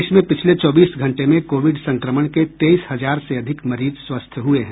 देश में पिछले चौबीस घंटे में कोविड संक्रमण के तेईस हज़ार से अधिक मरीज स्वस्थ हुए हैं